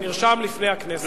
נרשם לפני הכנסת.